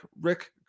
Rick